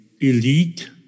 elite